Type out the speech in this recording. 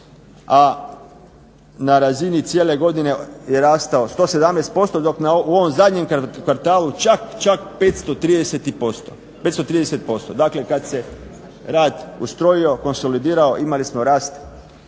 a na razini cijele godine je rastao 117% dok u ovom zadnjem kvartalu čak 530%. Dakle, kad se rad ustrojio, konsolidirao imali smo rast